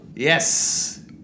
Yes